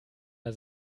der